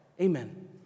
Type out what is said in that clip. Amen